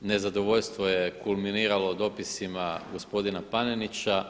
Nezadovoljstvo je kulminiralo dopisima gospodina Panenića.